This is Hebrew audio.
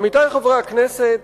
עמיתי חברי הכנסת,